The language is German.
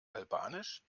albanisch